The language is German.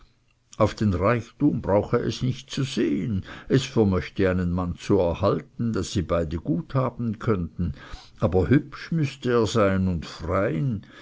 auf den reichtum brauche es nicht zu sehen es vermöchte einen mann zu erhalten daß sie beide gut haben könnten aber hübsch müßte er sein und frein